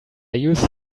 use